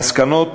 המסקנות,